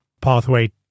pathway